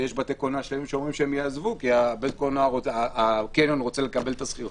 יש בתי קולנוע שאומרים שהם יעזבו כי הקניון רוצה לקבל את השכירות